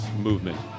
movement